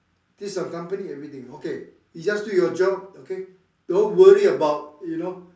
this is your company everything okay you just do your job okay don't worry about you know